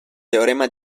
teorema